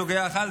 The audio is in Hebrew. זו סוגיה אחת,